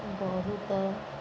ବହୁତ